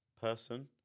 person